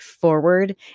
forward